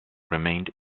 remained